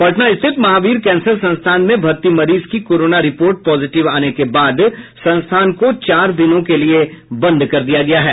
पटना स्थित महावीर कैंसर संस्थान में भर्ती मरीज के कोरोना रिपोर्ट पॉजिटिव आने के बाद संस्थान को चार दिनों के लिए बंद कर दिया गया है